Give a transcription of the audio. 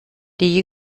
die